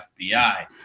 FBI